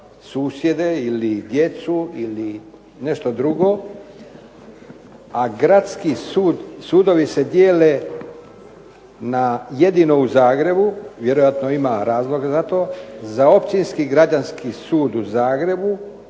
susjede ili djecu ili nešto drugo, a gradski sudovi se dijele na jedino u Zagrebu, vjerojatno ima razloga za to, za Općinski građanski sud u Zagrebu,